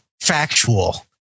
factual